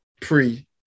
pre